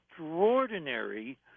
extraordinary